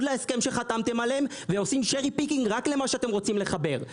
להסכם שחתמתם עליהם ועושים שרי פיקינג רק למה שאתם רוצים לחבר.